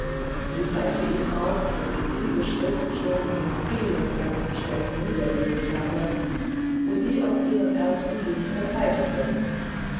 sie zeigte ihm auch daß sie diese schrift schon in vielen fremden städten niedergelegt habe wo sie auf ihren ersten wink verbreitet würde